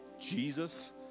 Jesus